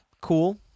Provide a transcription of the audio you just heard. cool